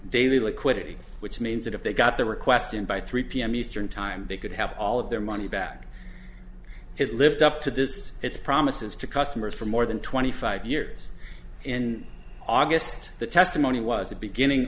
daily liquidity which means that if they got the request in by three pm eastern time they could have all of their money back it lived up to this its promises to customers for more than twenty five years in august the testimony was that beginning